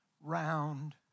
round